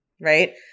right